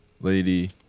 Lady